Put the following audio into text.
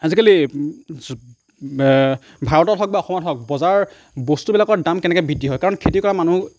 আজিকালি ভাৰতত হওক বা অসমত হওক বজাৰৰ বস্তুবিলাকৰ দাম কেনেকে বৃদ্ধি হয় কাৰণ খেতি কৰা মানুহ